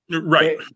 Right